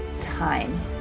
time